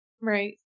Right